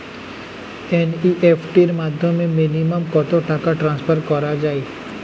NEFT র মাধ্যমে minimum কত টাকা টান্সফার করা যায়?